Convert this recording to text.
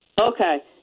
Okay